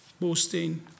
boosting